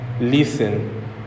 listen